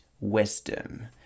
wisdom